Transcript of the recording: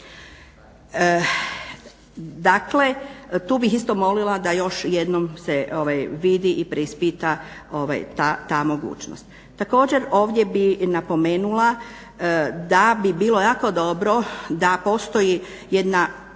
Dakle, tu bi isto molila da još jednom se vidi i preispita, ta mogućnost. Također ovdje bih napomenula da bi bilo jako dobro da postoji jedna